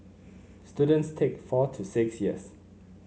students take four to six years